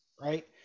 Right